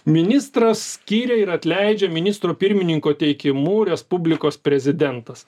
ministras skiria ir atleidžia ministro pirmininko teikimu respublikos prezidentas